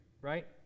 right